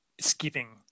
skipping